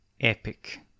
epic